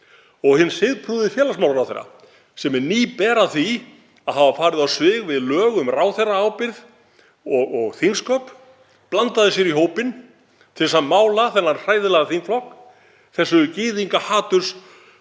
og hinn siðprúði félagsmálaráðherra sem er nýber að því að hafa farið á svig við lög um ráðherraábyrgð og þingsköp. Hann blandaði sér í hópinn til að mála þennan hræðilega þingflokk þessum gyðingahaturs-